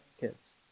kids